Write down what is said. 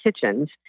kitchens